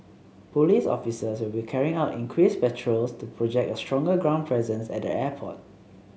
police officers will be carrying out increased patrols to project a stronger ground presence at the airport